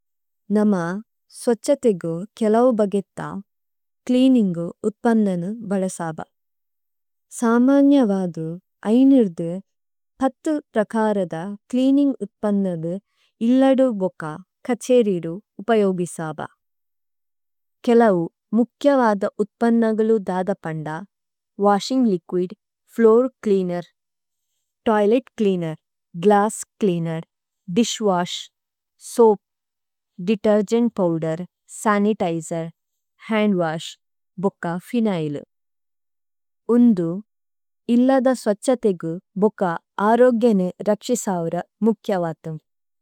നമ സ്വച്ഛ തേഗു കേലൌ ബഗേത്ത ച്ലേഅനിന്ഗു ഉത്പന്നനു ബലസബ। സാമന്യവദു അയ്നിര്ദു പത്തു പ്രകാരദ ച്ലേഅനിന്ഗ് ഉത്പന്നദു ഇല്ലദു ബോക കഛേരിദു ഉപയോഗിസബ। കേലൌ മുക്യവദ ഉത്പന്നഗലു ദദപന്ദ washing liquid, floor cleaner, toilet cleaner, glass cleaner, dish wash, soap, detergent powder, sanitizer, hand wash, ബോക ഫേന്യ്ല്। ഉന്ദു, ഇല്ലദു സ്വച്ഛ തേഗു ബോക അരോഗ്യനു രക്ശിസൌര മുക്യവഥു।